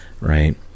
right